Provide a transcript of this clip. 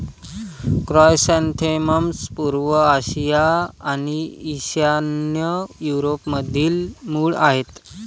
chrysanthemums पूर्व आशिया आणि ईशान्य युरोपमधील मूळ आहेत